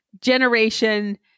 generation